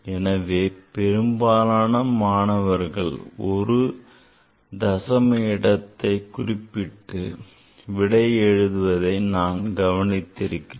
எனவே பெரும்பாலான மாணவர்கள் ஒரு தசம இடத்தைக் குறிப்பிட்டு விடையை எழுதுவதை நான் கவனித்திருக்கிறேன்